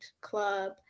club